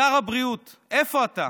שר הבריאות, איפה אתה?